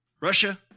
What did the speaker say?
Russia